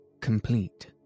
complete